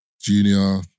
junior